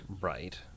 Right